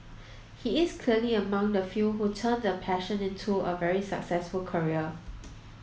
he is clearly among the few who turned a passion into a very successful career